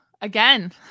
again